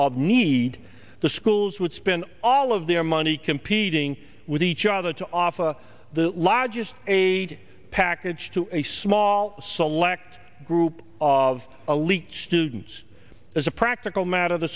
of need the schools would spend all of their money competing with each other to offer the largest aid package to a small select group of elite students as a practical matter the